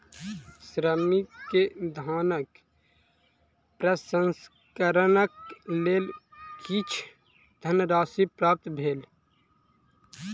श्रमिक के धानक प्रसंस्करणक लेल किछ धनराशि प्राप्त भेल